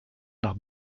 nach